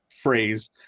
phrase